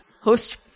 Host